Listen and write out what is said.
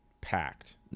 packed